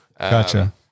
Gotcha